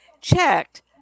checked